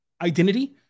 identity